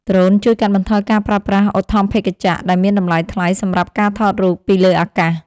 ដ្រូនជួយកាត់បន្ថយការប្រើប្រាស់ឧទ្ធម្ភាគចក្រដែលមានតម្លៃថ្លៃសម្រាប់ការថតរូបពីលើអាកាស។